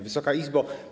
Wysoka Izbo!